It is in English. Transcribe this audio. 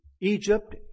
Egypt